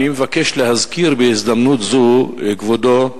אני מבקש להזכיר בהזדמנות זו, כבודו,